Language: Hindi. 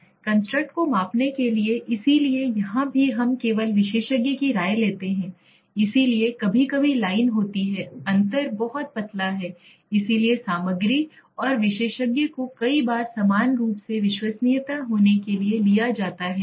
कंस्ट्रक्ट को मापने के लिए इसलिए यहां भी हम केवल विशेषज्ञ की राय लेते हैं इसलिए कभी कभी लाइन होती है अंतर बहुत पतला है इसलिए सामग्री और विशेषज्ञ को कई बार समान रूप से विश्वसनीयता होने के लिए लिया जाता है